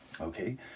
okay